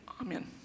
amen